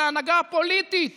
אבל ההנהגה הפוליטית